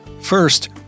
First